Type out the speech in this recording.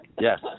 Yes